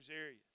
areas